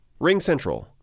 RingCentral